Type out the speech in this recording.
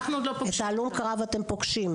את הלומי הקרב אתם פוגשים.